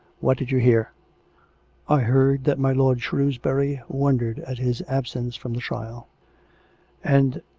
what did you hear i heard that my lord shrewsbury wondered at his ab sence from the trial and.